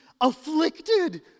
afflicted